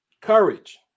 Courage